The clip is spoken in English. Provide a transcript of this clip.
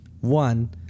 One